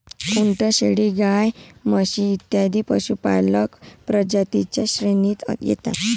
उंट, शेळी, गाय, म्हशी इत्यादी पशुपालक प्रजातीं च्या श्रेणीत येतात